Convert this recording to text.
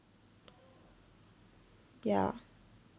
ya